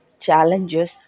challenges